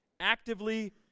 actively